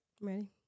Ready